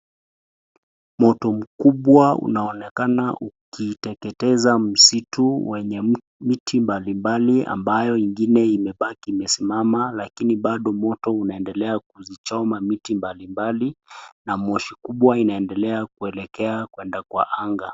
Moto mkubwa unaonekana ukiteketeza msitu wenye miti mbali mbali ambayo ingine imebaki imesimama lakini bado moto unaendelea kuzichoma miti mbali mbali na moshi kubwa inaendelea kuelekea kwenda kwa anga.